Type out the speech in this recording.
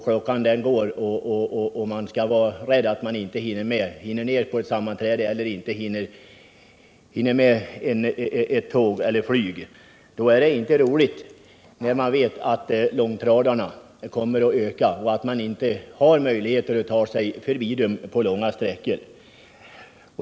Klockan går, och jag kan vara rädd för att inte hinna ned till ett sammanträde eller inte hinna med tåget eller flyget. Då är det inte roligt att veta att det kommer att bli fler långtradare och att det inte finns möjligheter att ta sig förbi dem på långa sträckor.